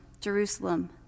Jerusalem